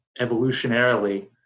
evolutionarily